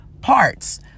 parts